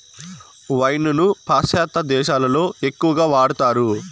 wine ను పాశ్చాత్య దేశాలలో ఎక్కువగా వాడతారు